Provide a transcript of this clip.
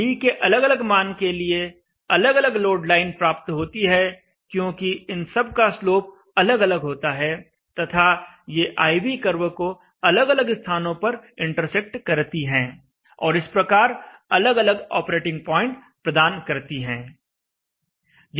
d के अलग अलग मान के लिए अलग अलग लोड लाइन प्राप्त होती है क्योंकि इन सब का स्लोप अलग अलग होता है तथा ये I V कर्व को अलग अलग स्थानों पर इंटरसेक्ट करती हैं और इस प्रकार अलग अलग ऑपरेटिंग पॉइंट प्रदान करती हैं